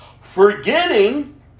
forgetting